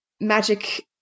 magic